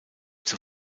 zur